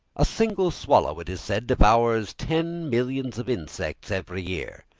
a single swallow, it is said, devours ten millions of insects every year.